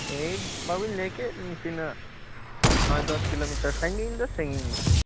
ᱮᱭ ᱵᱟᱹᱵᱤᱱ ᱞᱟ ᱭ ᱠᱮᱫ ᱛᱤᱱᱟ ᱜ ᱱᱚᱭᱼᱫᱚᱥ ᱠᱤᱞᱳᱢᱤᱴᱟᱨ ᱥᱟᱺᱜᱤᱧ ᱫᱚ ᱥᱟᱺᱜᱤᱧ ᱜᱮᱭᱟ